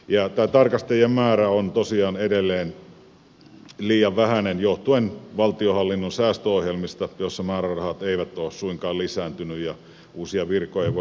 tämä tarkastajien määrä on tosiaan edelleen liian vähäinen johtuen valtionhallinnon säästöohjelmista joissa määrärahat eivät ole suinkaan lisääntyneet ja uusia virkoja ei voida perustaa